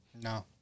no